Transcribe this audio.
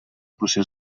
procés